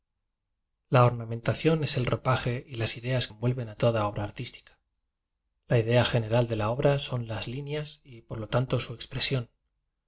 a ornamentación es el ropaje y las ideas que envuelven a toda obra artística la idea general de la obra son las líneas y por lo tanto su expresión